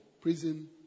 prison